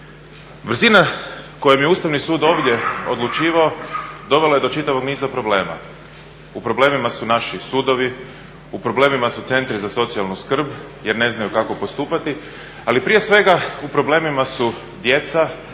Brzina kojom je Ustavni sud ovdje odlučivao dovela je do čitavog niza problema. U problemima su naši sudovi, u problemima su centri za socijalnu skrb jer ne znaju kako postupati, ali prije svega u problemima su djeca,